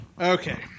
Okay